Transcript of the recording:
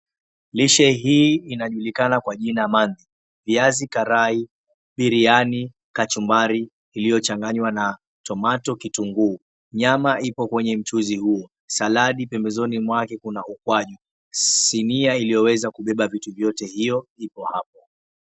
Lishe hii inajulikana kwa jina, manzi. Viazi karai, biriani, kachumbari iliyochanganywa na tomato , kitunguu, nyama ipo kwenye mchuzi huu, saladi pembezoni mwake kuna ukwaju. Sinia iliyoweza kubeba vitu vyote hiyo ipo hapo.